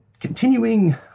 continuing